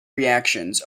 reactions